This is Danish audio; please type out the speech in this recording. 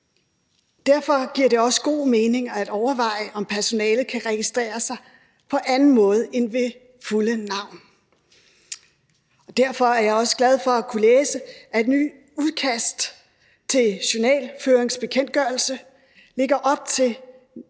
Derfor giver det også god mening at overveje, om personalet kan registrere sig på anden måde end ved fulde navn. Derfor er jeg også glad for at kunne læse, at det nye udkast til journalføringsbekendtgørelse lægger op til